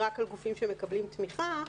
רק על גופים שמקבלים תמיכה.